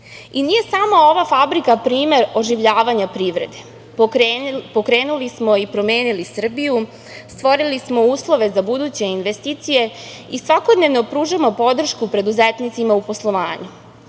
samo ova fabrika primer oživljavanja privrede. Pokrenuli smo i promenili Srbiju, stvorili smo uslove za buduće investicije i svakodnevno pružamo podršku preduzetnicima u poslovanju